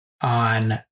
on